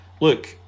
Look